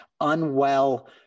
unwell